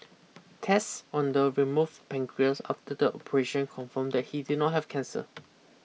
tests on the removed pancreas after the operation confirmed that he did not have cancer